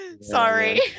Sorry